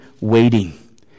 waiting